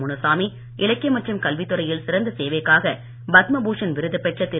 முனுசாமி இலக்கியம் மற்றும் கல்வித்துறையில் சிறந்த சேவைக்காக பத்ம பூஷன் விருது பெற்ற திரு